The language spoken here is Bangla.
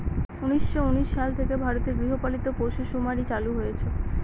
উনিশশো উনিশ সাল থেকে ভারতে গৃহপালিত পশুসুমারী চালু হয়েছে